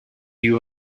you